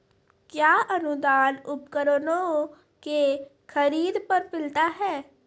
कया अनुदान उपकरणों के खरीद पर मिलता है?